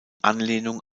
anlehnung